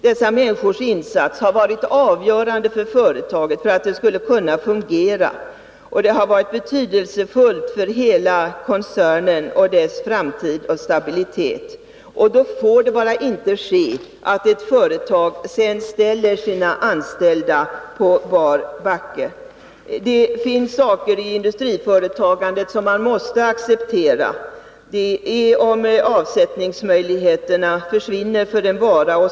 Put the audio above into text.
Dessa människors insats har varit avgörande för att företaget skulle fungera, och det har varit betydelsefullt för hela koncernen, dess framtid och stabilitet. Då får det bara inte ske att ett företag sedan ställer sina anställda på bar backe. Det finns saker i industriföretagandet som man måste acceptera, t.ex. att avsättningsmöjligheterna för en vara försvinner.